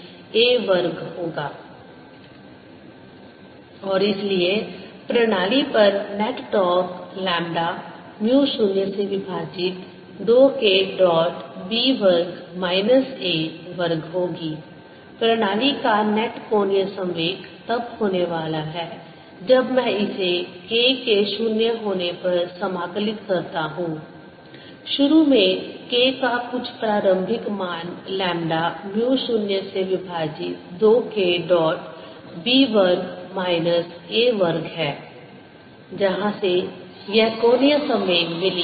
Force on the outer shell2πbσE0b2dKdt Torque on the outer shell 0b22dKdt Torque on the inner shell 0a22dKdt और इसलिए प्रणाली पर net torque lambda mu 0 से विभाजित 2 K dot b वर्ग minus a वर्ग होगी प्रणाली का नेट कोणीय संवेग तब होने वाला है जब मैं इसे K के 0 होने पर समाकलित करता हूं शुरू में K का कुछ प्रारंभिक मान लैम्ब्डा म्यू 0 से विभाजित 2 K डॉट b वर्ग माइनस a वर्ग है जहां से यह कोणीय संवेग मिली